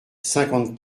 cinquante